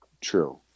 True